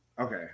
Okay